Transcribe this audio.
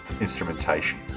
instrumentation